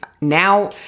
now